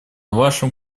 вашим